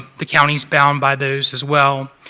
the county is bound by those as well.